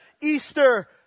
Easter